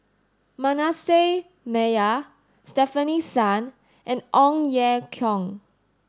Manasseh Meyer Stefanie Sun and Ong Ye Kung